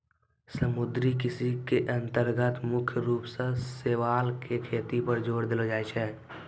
समुद्री कृषि के अन्तर्गत मुख्य रूप सॅ शैवाल के खेती पर जोर देलो जाय छै